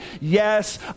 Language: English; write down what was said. yes